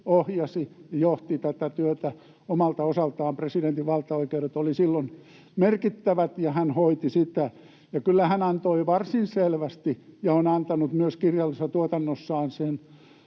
ohjasi ja johti tätä työtä omalta osaltaan. Presidentin valtaoikeudet olivat silloin merkittävät, ja hän hoiti tätä, ja kyllä hän antoi varsin selvästi ja on antanut myös kirjallisessa tuotannossaan sen